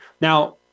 Now